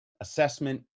assessment